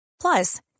Plus